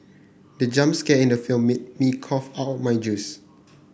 the jump scare in the film made me cough out my juice